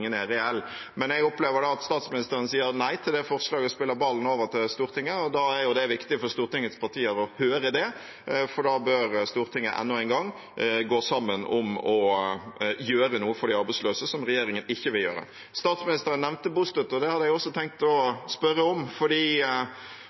reell. Jeg opplever at statsministeren sier nei til det forslaget og spiller ballen over til Stortinget, og da er det viktig for Stortingets partier å høre på det, for da bør Stortinget enda en gang gå sammen om å gjøre noe for de arbeidsløse, som regjeringen ikke vil gjøre. Statsministeren nevnte bostøtte, og det hadde jeg også tenkt å